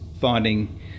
finding